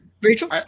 Rachel